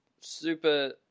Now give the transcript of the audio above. Super